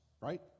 right